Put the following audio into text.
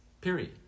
period